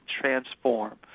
transform